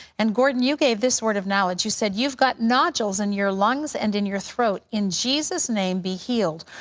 and gordon, you gave this word of knowledge. you said, you've got nodules in your lungs and in your throat. in jesus' name, be healed.